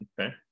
Okay